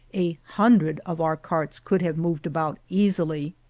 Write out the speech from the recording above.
a hundred of our carts could have moved about easily.